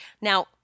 Now